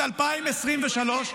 שנת 2023,